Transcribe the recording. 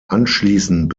anschließend